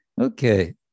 Okay